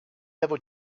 level